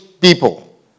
people